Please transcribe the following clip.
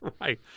Right